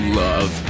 love